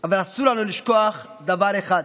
אבל אסור לנו לשכוח דבר אחד: